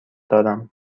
دارم